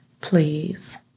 please